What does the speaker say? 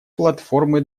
платформы